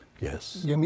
Yes